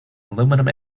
aluminium